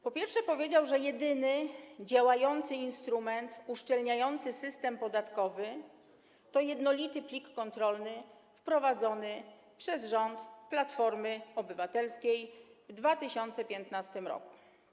Po pierwsze, powiedział, że jedynym działającym instrumentem uszczelniającym system podatkowy jest jednolity plik kontrolny, który został wprowadzony przez rząd Platformy Obywatelskiej w 2015 r.